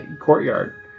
courtyard